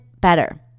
better